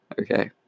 okay